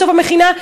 בסוף המכינה,